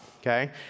Okay